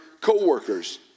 coworkers